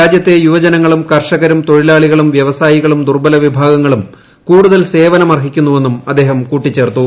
രാജ്യത്തെ യുവജനങ്ങളും കർഷകരും തൊഴിലാളികളും വൃവസായികളും ദുർബലവിഭാഗങ്ങളും കൂടുതൽ സേവനം അർഹിക്കുന്നുവെന്നും അദ്ദേഹം കൂട്ടിച്ചേർത്തു